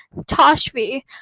Toshvi